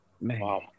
wow